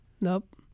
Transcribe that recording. Nope